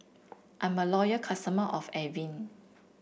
I'm a loyal customer of Avene